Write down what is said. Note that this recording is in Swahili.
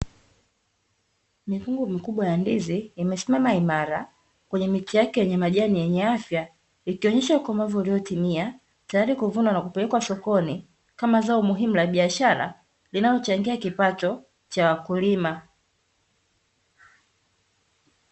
Mikungu mikubwa ya ndizi imesimama imara kwenye miti yake yenye majani yenye afya, ikionyesha ukomavu uliotimia, tayari kuvunwa na kupelekwa sokoni kama zao muhimu la biashara, linalochangia kipato cha wakulima.